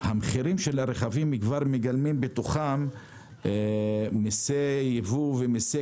המחירים של הרכבים כבר מגלמים בתוכם מיסי יבוא ומיסי